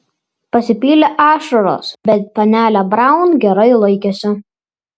pasipylė ašaros bet panelė braun gerai laikėsi